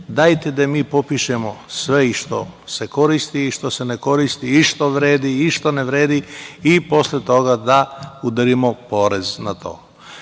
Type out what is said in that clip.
Dajte da mi popišemo sve i što se koristi i što se ne koristi, i što vredi i što ne vredi, i posle toga da udelimo porez na